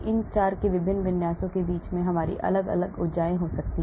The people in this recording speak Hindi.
इन 4 के विभिन्न विन्यासों के बीच में हमारी अलग अलग ऊर्जाएँ हो सकती हैं